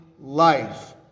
life